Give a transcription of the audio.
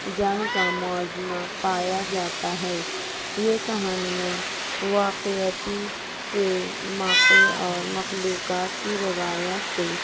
جنگ کا موازنہ پایا جاتا ہے یہ کہانیاں واقعتی کے باقی اور مخلوقات کی روایت سے